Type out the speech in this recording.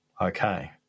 okay